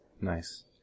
Nice